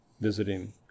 visiting